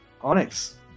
Onyx